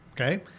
Okay